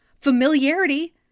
familiarity